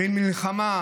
במלחמה,